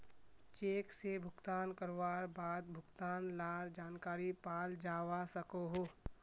cheque से भुगतान करवार बाद भुगतान लार जानकारी पाल जावा सकोहो